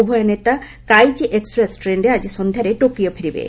ଉଭୟ ନେତା କାଇକି ଏକୁପ୍ରେସ୍ ଟ୍ରେନ୍ରେ ଆଜି ସନ୍ଧ୍ୟାରେ ଟୋକିଓ ଫେରିବେ